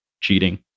cheating